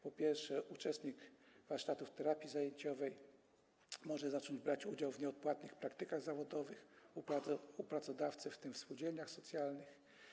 Po pierwsze, uczestnik warsztatów terapii zajęciowej może zacząć brać udział w nieodpłatnych praktykach zawodowych u pracodawcy, w tym w spółdzielniach socjalnych.